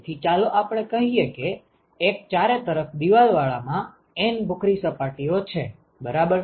તેથી ચાલો આપણે કહીએ કે એક ચારે તરફ દીવાલ વાળા માં N ભૂખરી સપાટીઓ છે બરાબર